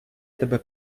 тебе